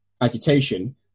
agitation